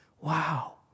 wow